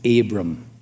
Abram